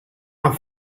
and